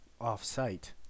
off-site